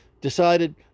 decided